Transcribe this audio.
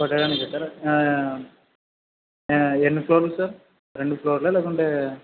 కొట్టడానికా sir ఎన్ని ఫ్లోర్లు sir రెండు ఫ్లోర్లా లేకుంటే